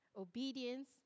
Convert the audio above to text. obedience